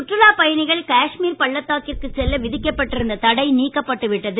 சுற்றுலா பயணிகள் காஷ்மீர் பள்ளத்தாக்கிற்கு செல்ல விதிக்கப்பட்டிருந்த தடை நீக்கப்பட்டு விட்டது